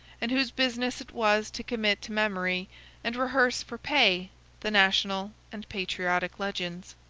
and whose business it was to commit to memory and rehearse for pay the national and patriotic legends.